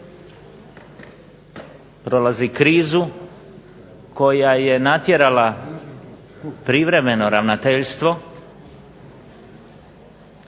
prolazi krizu koja je natjerala privremeno ravnateljstvo